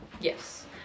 Yes